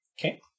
Okay